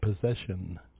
possession